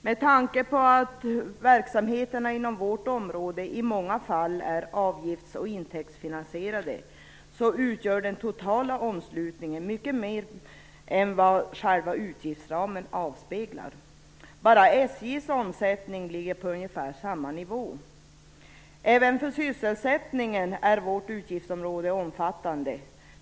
Med tanke på att verksamheterna inom vårt område i många fall är avgifts och intäktsfinansierade, utgör den totala omslutningen mycket mer än vad själva utgiftsramen avspeglar. Bara SJ:s omsättning blir på ungefär samma nivå. Även för sysselsättning är vårt utgiftsområde omfattande.